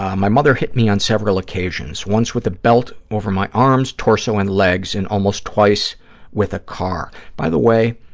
ah my mother hit me on several occasions, once with a belt over my arms, torso and legs, and almost twice with a car. by the way,